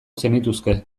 zenituzke